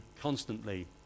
constantly